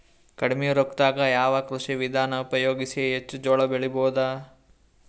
ಕಡಿಮಿ ರೊಕ್ಕದಾಗ ಯಾವ ಕೃಷಿ ವಿಧಾನ ಉಪಯೋಗಿಸಿ ಹೆಚ್ಚ ಜೋಳ ಬೆಳಿ ಬಹುದ?